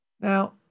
Now